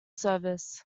service